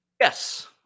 Yes